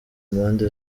mpande